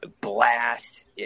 blast